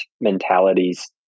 mentalities